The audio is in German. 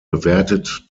bewertet